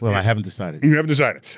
but i haven't decided. you haven't decided,